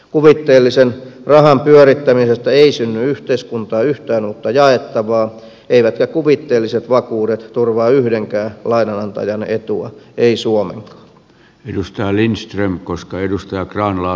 kuvitteellisen rahan pyörittämisestä ei synny yhteiskuntaan yhtään uutta jaettavaa eivätkä kuvitteelliset vakuudet turvaa yhdenkään lainanantajan etua ei suomea edustaa lindström koska eivät suomenkaan